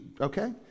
Okay